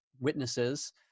witnesses